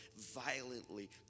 violently